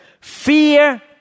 Fear